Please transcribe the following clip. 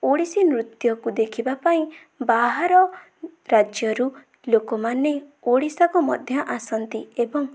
ଓଡ଼ିଶୀ ନୃତ୍ୟକୁ ଦେଖିବାପାଇଁ ବାହାର ରାଜ୍ୟରୁ ଲୋକମାନେ ଓଡ଼ିଶାକୁ ମଧ୍ୟ ଆସନ୍ତି ଏବଂ